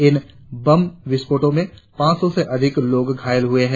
इन bomb विस्फोटों में पांच सौ से अधिक लोग घायल हुए है